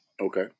Okay